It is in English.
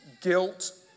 guilt